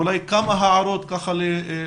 שמרית גיטלין שקד,